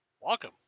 Welcome